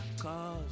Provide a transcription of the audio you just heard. cause